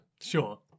Sure